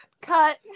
Cut